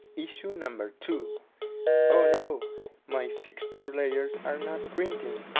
issue number two oh no my fixture layers are not printing